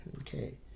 Okay